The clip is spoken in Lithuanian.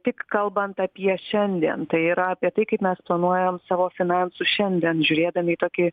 tik kalbant apie šiandien tai yra apie tai kaip mes planuojam savo finansus šiandien žiūrėdami į tokį